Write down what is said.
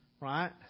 Right